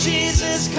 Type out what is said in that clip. Jesus